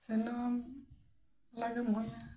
ᱥᱮᱱᱚᱜ ᱟᱢ ᱞᱟᱜᱮᱢ ᱦᱩᱭᱼᱟ